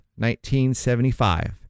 1975